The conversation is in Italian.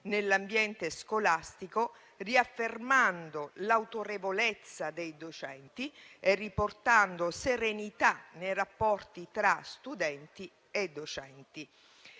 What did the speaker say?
nell'ambiente scolastico, riaffermando l'autorevolezza dei docenti e riportando serenità nei rapporti tra studenti e insegnanti.